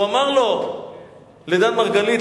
הוא אמר לדן מרגלית,